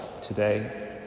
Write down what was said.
today